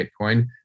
Bitcoin